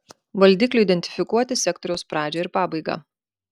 valdikliui identifikuoti sektoriaus pradžią ir pabaigą